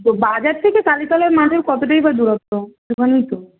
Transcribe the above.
তো বাজার থেকে কালীতলা মাঠের কতটাই বা দূরত্ব একটুখানি তো